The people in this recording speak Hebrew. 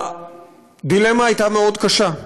הדילמה הייתה מאוד קשה,